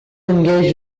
engaged